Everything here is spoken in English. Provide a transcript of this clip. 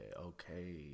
okay